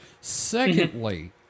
Secondly